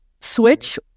switch